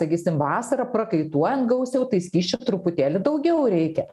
o sakysim vasarą prakaituojant gausiau tai skysčio truputėlį daugiau reikia